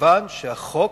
כיוון שהחוק,